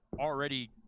already